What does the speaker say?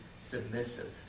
submissive